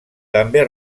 també